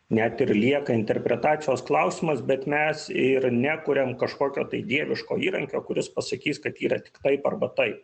net ir lieka interpretacijos klausimas bet mes ir nekuriam kažkokio dieviško įrankio kuris pasakys kad yra tik taip arba taip